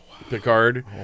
Picard